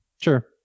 Sure